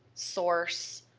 source,